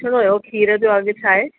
पुछिणो हुयो खीर जो अघि छा आहे